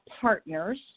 partners